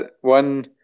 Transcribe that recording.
one